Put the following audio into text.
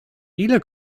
ile